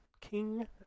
King